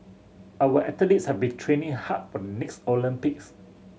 our athletes have been training hard for the next Olympics